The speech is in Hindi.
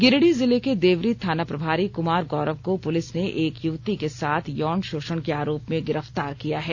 गिरिडीह जिले के देवरी थानाप्रभारी कमार गौरव को पुलिस ने एक युवती के साथ यौण शोषण के आरोप में गिरफ्तार किया है